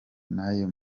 n’ayo